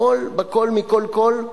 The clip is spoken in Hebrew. הכול בכול מכול כול,